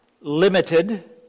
limited